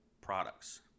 products